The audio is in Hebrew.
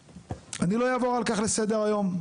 אני לא אעבור על כך לסדר היום.